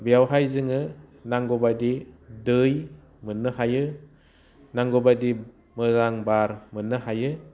बेयावहाय जोङो नांगौबायदि दै मोननो हायो नांगौबायदि मोजां बार मोननो हायो